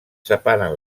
separen